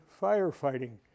firefighting